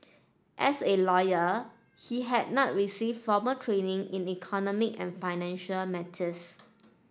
as a lawyer he had not received formal training in economic and financial matters